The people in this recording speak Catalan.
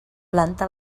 planta